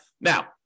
Now